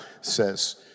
says